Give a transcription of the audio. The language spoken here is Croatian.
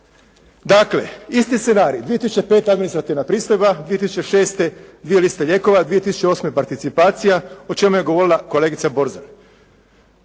Dakle isti scenarij 2005. administrativna pristojba, 2006. dvije liste lijekova, 2008. participacija o čemu je govorila kolegica Borzan.